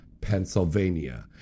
Pennsylvania